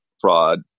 fraud